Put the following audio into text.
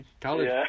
college